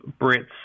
Brits